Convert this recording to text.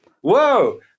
whoa